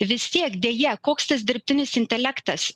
vis tiek deja koks tas dirbtinis intelektas